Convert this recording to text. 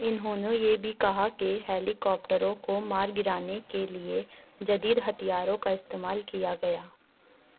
انہوں نے یہ بھی کہا کہ ہیلیکاپٹروں کو مار گرانے کے لیے جدید ہتھیاروں کا استعمال کیا گیا